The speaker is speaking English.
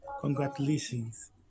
Congratulations